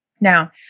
Now